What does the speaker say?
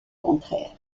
contraire